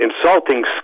insulting